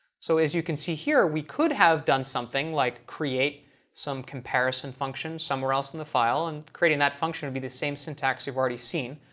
so as you can see here, we could have done something like create some comparison function somewhere else in the file, and creating that function would be the same syntax you've already seen,